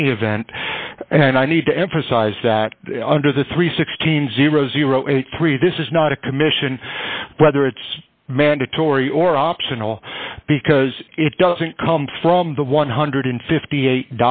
any event and i need to emphasize that under the three hundred and sixteen eighty three this is not a commission whether it's mandatory or optional because it doesn't come from the one hundred and fifty eight